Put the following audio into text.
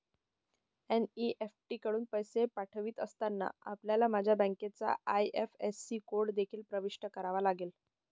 NEFT कडून पैसे पाठवित असताना, आपल्याला माझ्या बँकेचा आई.एफ.एस.सी कोड देखील प्रविष्ट करावा लागेल